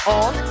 on